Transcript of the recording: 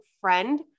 friend